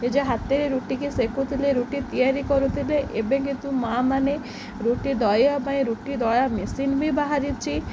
ନିଜ ହାତରେ ରୁଟିକି ସେକୁ ଥିଲେ ରୁଟି ତିଆରି କରୁଥିଲେ ଏବେ କିନ୍ତୁ ମାଆ ମାନେ ରୁଟି ଦଳିବା ପାଇଁ ରୁଟି ଦଳା ମେସିନ୍ ବି ବାହାରିଛି